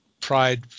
pride